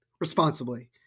responsibly